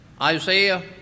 Isaiah